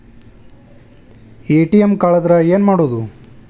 ATM ಕಳದ್ರ ಏನು ಮಾಡೋದು?